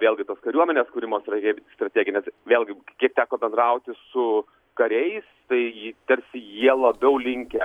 vėlgi tos kariuomenės kūrimo srovė strateginės vėlgi kiek teko bendrauti su kariais tai tarsi jie labiau linkę